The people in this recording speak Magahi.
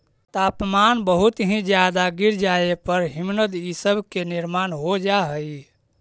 तापमान बहुत ही ज्यादा गिर जाए पर हिमनद इ सब के निर्माण हो जा हई